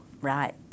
right